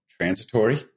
transitory